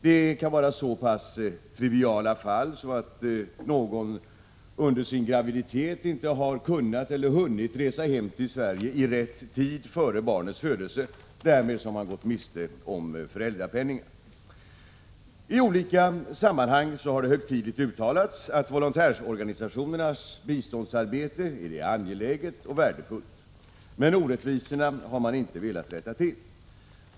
Det kan vara så pass triviala fall som att någon under sin graviditet inte har kunnat eller hunnit resa hem till Sverige i rätt tid före barnets födelse. Därmed har vederbörande gått miste om föräldrapenningen. I olika sammanhang har det högtidligen uttalats att volontärorganisationernas biståndsarbete är angeläget och värdefullt, men orättvisorna har man inte velat rätta till.